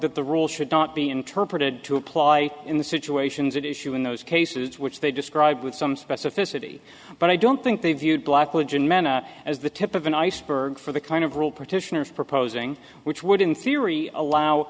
that the rules should not be interpreted to apply in the situations that issue in those cases which they described with some specificity but i don't think they viewed blackledge in men as the tip of an iceberg for the kind of rule partitioner is proposing which would in theory allow